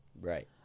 Right